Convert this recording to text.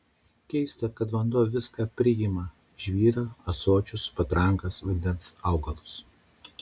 keista kad vanduo viską priima žvyrą ąsočius patrankas vandens augalus